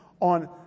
on